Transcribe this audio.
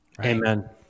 Amen